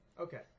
Okay